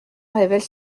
révèle